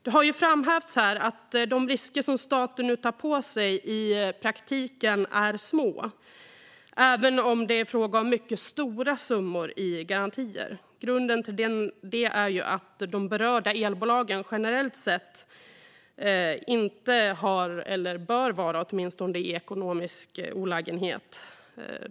Det har framhävts att de risker som staten tar i praktiken är små även om det är fråga om mycket stora summor i garantier. Grunden till det är att de berörda elbolagen generellt sett inte bör vara i ekonomisk olägenhet.